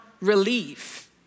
relief